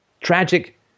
tragic